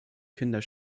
kinder